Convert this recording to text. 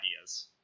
ideas